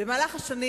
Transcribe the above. במהלך השנים